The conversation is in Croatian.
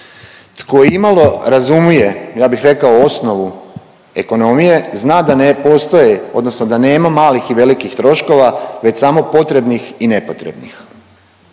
Tko imalo razumije, ja bih rekao, osnovu ekonomije, zna da ne postoje, odnosno da nema malih i velikih troškova, već samo potrebnih i nepotrebnih.